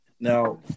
Now